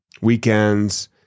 weekends